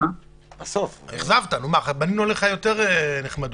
בנינו עליך יותר נחמדות.